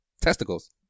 testicles